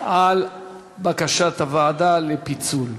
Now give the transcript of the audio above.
על בקשת הוועדה לפיצול.